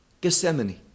gethsemane